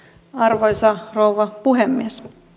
arvoisa rouva puhemies